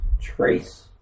Trace